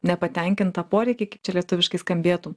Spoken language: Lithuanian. nepatenkintą poreikį kaip čia lietuviškai skambėtų